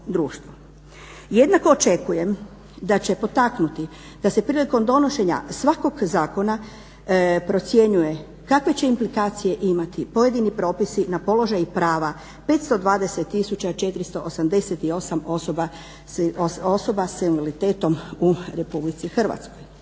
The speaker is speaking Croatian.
Jednako očekujem da će potaknuti da se prilikom donošenja svakog zakona procjenjuje kakve će implikacije imati pojedini propisi na položaj i prava 520 tisuća 488 osoba s invaliditetom u RH.